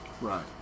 right